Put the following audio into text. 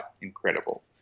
incredible